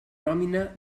nòmina